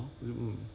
mm